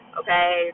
okay